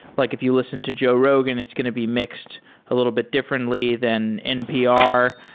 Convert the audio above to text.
like if you listen to joe rogan, it's going to be mixed a little bit differently than npr.